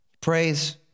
Praise